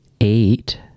eight